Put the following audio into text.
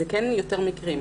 זה כן יותר מקרים.